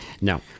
No